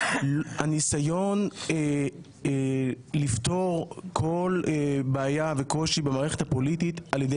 הניסיון לפתור כל בעיה וקושי במערכת הפוליטית על ידי